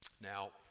Now